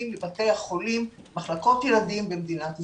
מבתי החולים במחלקות ילדים במדינת ישראל.